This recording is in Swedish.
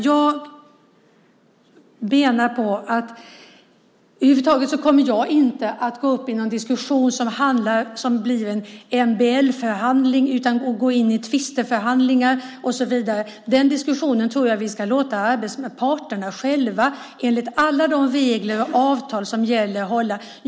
Jag menar att jag över huvud taget inte kommer att gå in i en MBL-förhandling eller gå in i tvisteförhandlingar och så vidare. Den diskussionen tror jag att vi ska låta parterna hålla själva enligt alla de regler och avtal som gäller.